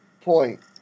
point